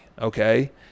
okay